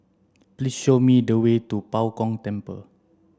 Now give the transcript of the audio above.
please show me the way to Bao Gong Temple